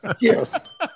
Yes